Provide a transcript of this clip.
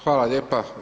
Hvala lijepa.